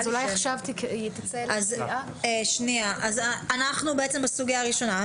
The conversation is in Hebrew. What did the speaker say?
אנחנו בעצם בסוגיה הראשונה.